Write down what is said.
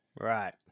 right